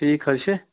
ٹھیٖک حظ چھِ